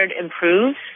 improves